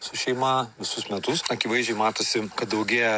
su šeima visus metus akivaizdžiai matosi kad daugėja